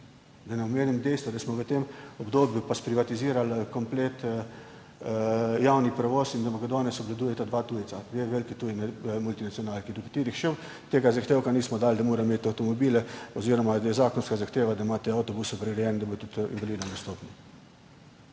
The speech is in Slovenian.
Da ne omenim dejstva, da smo v tem obdobju pa sprivatizirali kompletni javni prevoz in ga danes obvladujeta dva tujca, dve veliki tuji multinacionalki, do katerih še tega zahtevka nismo dali, da morata imeti avtomobile oziroma da je zakonska zahteva, da imata avtobuse prirejene, da bodo tudi invalidom dostopni.